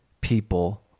people